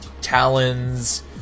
talons